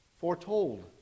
foretold